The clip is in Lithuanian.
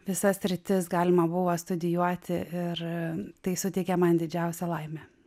visas sritis galima buvo studijuoti ir tai suteikė man didžiausią laimę